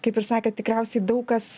kaip ir sakėt tikriausiai daug kas